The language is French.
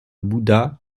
bouddha